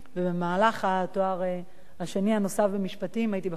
במהלך התואר השני הנוסף במשפטים הייתי בחודש התשיעי